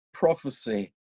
prophecy